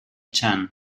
chan